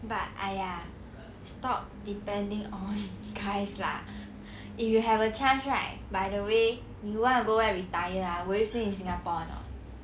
but !aiya! stop depending on guys lah if you have a chance right by the way you want to go where retire ah will you stay in singapore or not